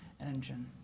engine